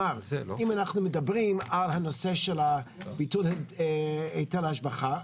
אם אנחנו מדברים על הנושא של ביטול היטל השבחה,